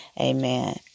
Amen